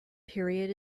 period